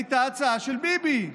הייתה הצעה של ביבי,